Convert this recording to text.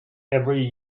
every